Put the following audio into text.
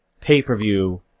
pay-per-view